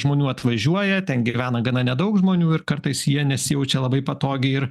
žmonių atvažiuoja ten gyvena gana nedaug žmonių ir kartais jie nesijaučia labai patogiai ir